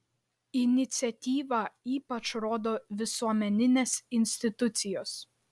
iniciatyvą ypač rodo visuomeninės institucijos